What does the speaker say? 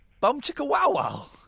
Bum-chicka-wow-wow